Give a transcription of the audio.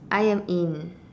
I am in